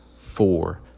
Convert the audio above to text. four